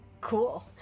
cool